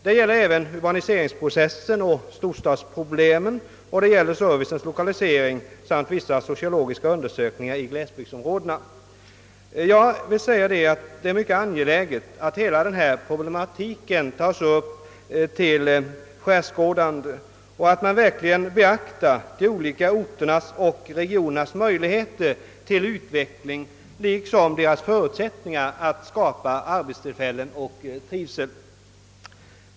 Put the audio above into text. Det gäller även urbaniseringsprocessen och storstadsproblemen och det gäller servicens lokalisering samt vissa sociologiska undersökningar i glesbygdsområdena. Jag vill framhålla att det är mycket angeläget att denna problematik tas upp till skärskådande och att man verkligen beaktar de olika orternas och regionernas möjligheter till utveckling liksom deras förutsättningar att skapa arbetstillfällen och trivsel.